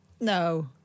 No